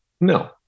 No